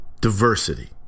diversity